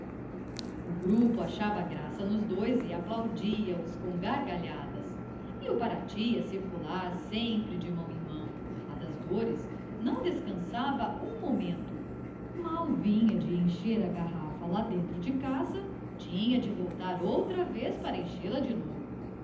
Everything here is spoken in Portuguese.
o grupo achava graça nos dois e aplaudia os com gargalhadas e o parati a circular sempre de mão em mão a das dores não descansava um momento mal vinha de encher a garrafa lá dentro de casa tinha de voltar outra vez para enchê la de novo